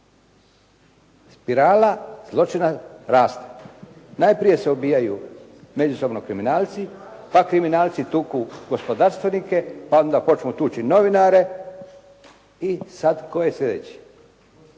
Spirala zločina raste. Najprije se ubijaju međusobno kriminalci, pa kriminalci tuku gospodarstvenike pa onda počnu tući novinare i sad tko je sljedeći